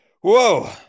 Whoa